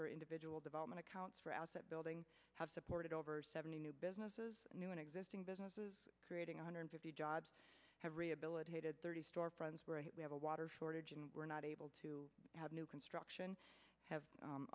for individual development accounts for out that building have supported over seventy new businesses new and existing businesses creating a hundred fifty jobs have rehabilitated thirty storefronts we have a water shortage and we're not able to have new construction have